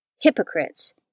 Hypocrites